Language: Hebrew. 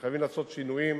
שחייבים לעשות שינויים